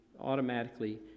automatically